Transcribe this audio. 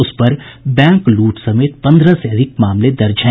उस पर बैंक लूट समेत पन्द्रह से अधिक मामले दर्ज है